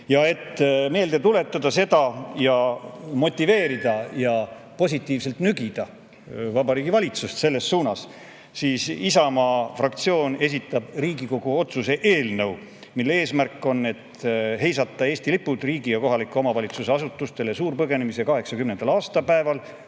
Et meelde tuletada seda ja motiveerida ja positiivselt nügida Vabariigi Valitsust selles suunas, esitab Isamaa fraktsioon Riigikogu otsuse eelnõu, mille eesmärk on heisata Eesti lipud riigi‑ ja kohaliku omavalitsuse asutustele suurpõgenemise 80. aastapäeval,